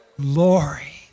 Glory